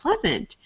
pleasant